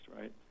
right